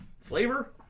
Flavor